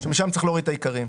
משם צריך להוריד את העיקריים.